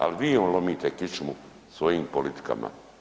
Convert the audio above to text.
Ali vi im lomite kičmu svojim politikama.